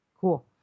Cool